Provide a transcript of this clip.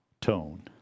tone